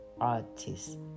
artist